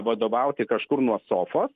vadovauti kažkur nuo sofos